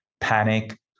panic